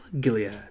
Gilead